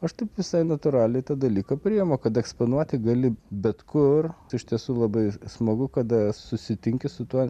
aš taip visai natūraliai tą dalyką priimu kad eksponuoti gali bet kur tai iš tiesų labai smagu kada susitinki su tuo